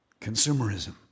Consumerism